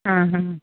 ಹಾಂ ಹಾಂ